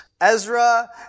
Ezra